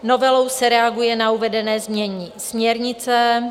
Novelou se reaguje na uvedené znění směrnice.